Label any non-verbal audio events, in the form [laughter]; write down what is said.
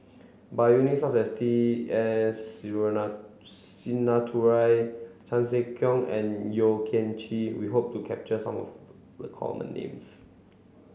by [unintelligible] such as T S [unintelligible] Sinnathuray Chan Sek Keong and Yeo Kian Chye we hope to capture some of the common names